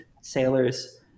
sailors